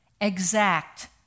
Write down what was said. exact